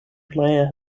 player